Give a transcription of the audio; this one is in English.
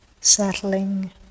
settling